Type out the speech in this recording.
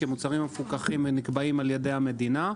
כי המוצרים המפוקחים נקבעים על ידי המדינה.